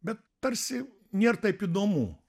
bet tarsi nėr taip įdomu